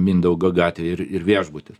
mindaugo gatvėj ir ir viešbutis